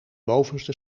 bovenste